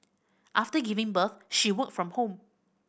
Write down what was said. after giving birth she worked from home